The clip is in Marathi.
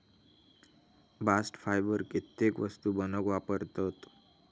बास्ट फायबर कित्येक वस्तू बनवूक वापरतत